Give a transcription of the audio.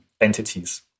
Entities